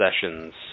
sessions